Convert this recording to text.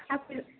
آپ پھر